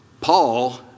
Paul